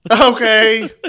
Okay